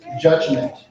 judgment